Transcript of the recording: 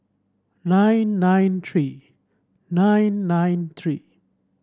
nine nine three nine nine three